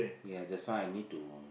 ya that's why I need to